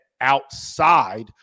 outside